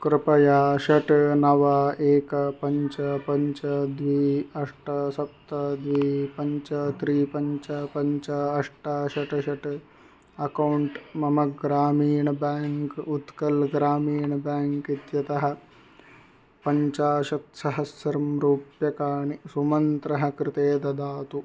कृपया षट् नव एक पञ्च पञ्च द्वि अष्ट सप्त द्वी पञ्च त्रि पञ्च पञ्च अष्ट षट् षट् अकौण्ट् मम ग्रामीण बेङ्क् उत्कल् ग्रामीण् बेङ्क् इत्यतः पञ्चाशत् सहस्रं रूप्यकाणि सुमन्त्रः कृते ददातु